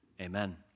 Amen